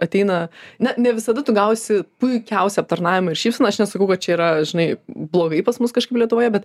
ateina na ne visada tu gausi puikiausią aptarnavimą ir šypseną aš nesakau kad čia yra žinai blogai pas mus kažkaip lietuvoje bet